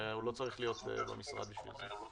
הוא לא צריך להיות במשרד בשביל זה.